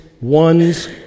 one's